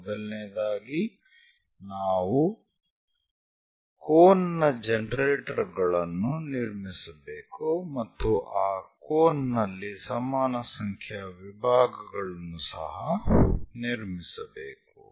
ಮೊದಲನೆಯದಾಗಿ ನಾವು ಕೋನ್ ನ ಜನರೇಟರ್ ಗಳನ್ನು ನಿರ್ಮಿಸಬೇಕು ಮತ್ತು ಆ ಕೋನ್ನಲ್ಲಿ ಸಮಾನ ಸಂಖ್ಯೆಯ ವಿಭಾಗಗಳನ್ನು ಸಹ ನಿರ್ಮಿಸಬೇಕು